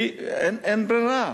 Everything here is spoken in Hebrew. אין ברירה.